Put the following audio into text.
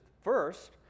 first